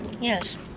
Yes